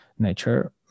nature